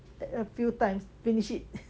a few times finish it